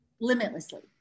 limitlessly